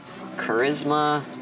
Charisma